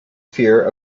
fear